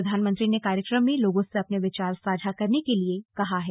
प्रधानमंत्री ने कार्यक्रम में लोगों से अपने विचार साझा करने के लिए कहा है